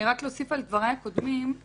רק להוסיף על דבריי הקודמים,